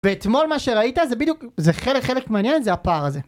ואתמול מה שראית זה בדיוק זה חלק חלק מהעניין זה הפער הזה